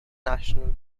national